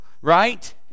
right